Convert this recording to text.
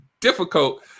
difficult